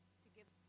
to do